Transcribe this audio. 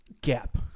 gap